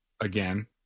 again